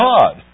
God